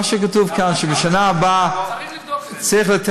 מה שכתוב כאן, שבשנה הבאה צריך לבדוק את זה.